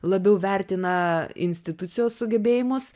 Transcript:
labiau vertina institucijos sugebėjimus